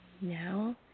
Now